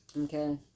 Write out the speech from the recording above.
Okay